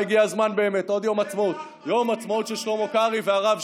תן לאחמד טיבי עוד כמה מיליארדים.